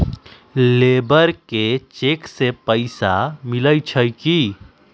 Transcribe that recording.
Labour के cheque से पैसा मिलई छई कि?